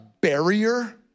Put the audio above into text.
barrier